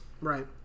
right